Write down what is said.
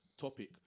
topic